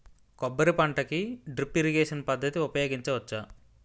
కొబ్బరి పంట కి డ్రిప్ ఇరిగేషన్ పద్ధతి ఉపయగించవచ్చా?